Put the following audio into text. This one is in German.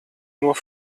nur